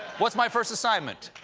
what's my first assignment?